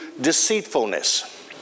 deceitfulness